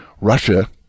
Russia